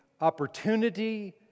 opportunity